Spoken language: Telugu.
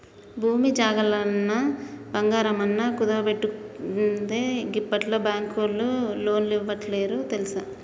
భూమి జాగలన్నా, బంగారమన్నా కుదువబెట్టందే గిప్పట్ల బాంకులోల్లు లోన్లిత్తలేరు తెల్సా